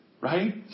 right